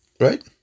Right